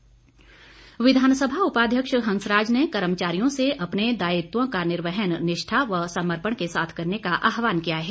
उपाध्यक्ष विधानसभा उपाध्यक्ष हंसराज ने कर्मचारियों से अपने दायित्वों का निर्वाहन निष्ठा व समर्पण के साथ करने का आहवान किया है